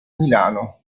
milano